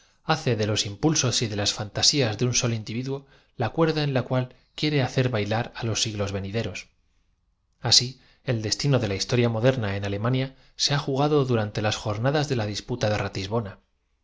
hace de los impulsos y de las fantasías de un solo individuo la cuerda en la cual quiere ha cer b ailar á los siglos venideros asi el destino de la historia m odeniá en alem ania se ha jugado durante las jornadas de la disputa